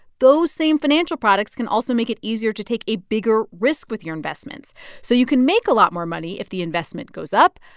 those same financial products can also make it easier to take a bigger risk with your investments so you can make a lot more money if the investment goes up,